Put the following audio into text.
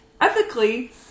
ethically